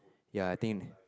ya I think